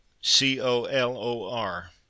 C-O-L-O-R